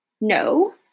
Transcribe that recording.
No